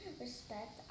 respect